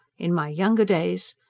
in my younger days,